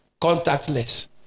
contactless